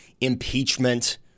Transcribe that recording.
impeachment